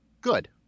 Good